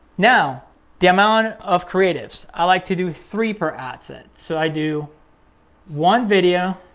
now the amount of creatives, i like to do three per ad set. so i do one video,